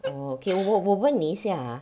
oh okay 我我我问你一下 ah